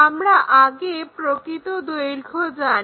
আমরা আগে প্রকৃত দৈর্ঘ্য জানি